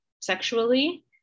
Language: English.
sexually